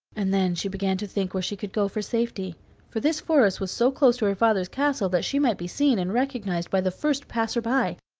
and then she began to think where she could go for safety for this forest was so close to her father's castle that she might be seen and recognized by the first passer-by,